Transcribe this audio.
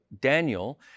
Daniel